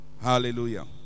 Hallelujah